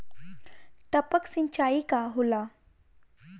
टपक सिंचाई का होला?